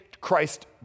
Christ